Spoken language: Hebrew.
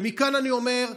ומכאן אני אומר: